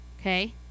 okay